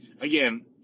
again